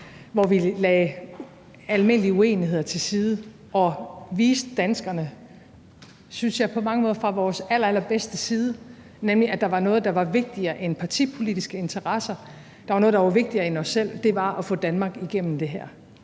hvor vi lagde almindelige uenigheder til side og på mange måder viste os, synes jeg, fra vores allerbedste side over for danskerne, nemlig ved at sige, at der var noget, der var vigtigere end partipolitiske interesser. Der var noget, der var vigtigere end os selv, og det var at få Danmark igennem det her.